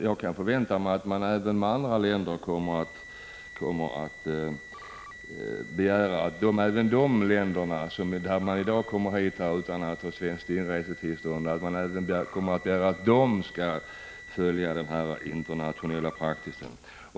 Jag kan tänka mig att man av de länder från vilka det i dag går att komma hit utan något svenskt inresetillstånd kommer att begära att även de skall följa denna internationella praxis. Fru talman!